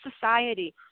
society